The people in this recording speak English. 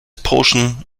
portion